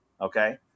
Okay